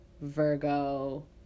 Virgo